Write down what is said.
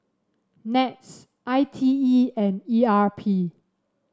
NETS I T E and E R P